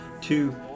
two